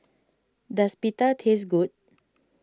does Pita taste good